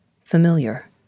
Familiar